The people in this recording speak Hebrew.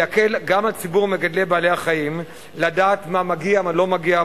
והוא יקל גם על ציבור מגדלי בעלי-החיים לדעת מה מגיע ומה לא מגיע,